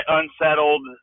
unsettled